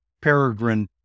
Peregrine